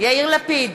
יאיר לפיד,